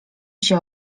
się